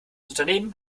unternehmen